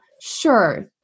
sure